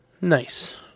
Nice